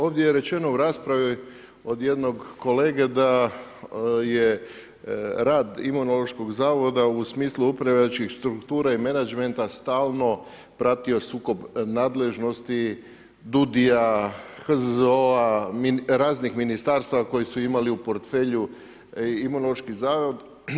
Ovdje je rečeno u raspravi od jednog kolege da je rad Imunološkog zavoda u smislu upravljačkih struktura i menadžmenta stalno pratio sukob nadležnosti DUUDI-ja, HZZO-a, raznih ministarstva koji su imali u portfelju Imunološki zavod.